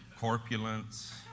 Corpulence